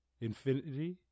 infinity